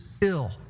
ill